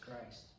Christ